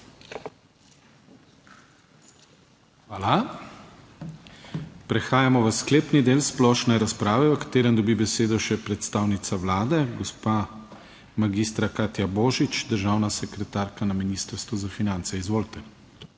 Hvala. Prehajamo v sklepni del splošne razprave, v katerem dobi besedo še predstavnica Vlade, gospa magistra Katja Božič, državna sekretarka na Ministrstvu za finance. Izvolite.